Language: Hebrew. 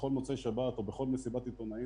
בכלל לא קיבלו תשובות.